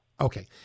okay